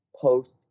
post